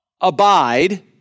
abide